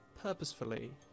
purposefully